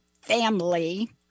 family